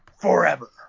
forever